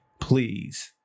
Please